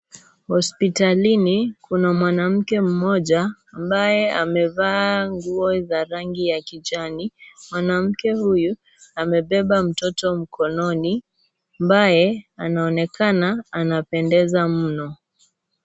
Hospitalini kuna mwanamke mmoja ambaye amevaa nguo za rangi ya kijani, mwanamke huyu amebeba mtoto mkononi ambaye anaonekana anapendeza mno .